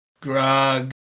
Grog